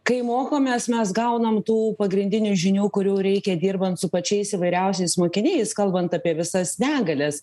kai mokomės mes gaunam tų pagrindinių žinių kurių reikia dirbant su pačiais įvairiausiais mokiniais kalbant apie visas negalias